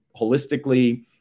holistically